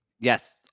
Yes